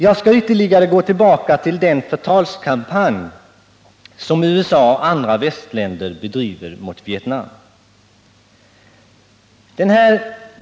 Jag skall ytterligare gå tillbaka till den förtalskampanj som USA och andra västländer bedriver mot Vietnam.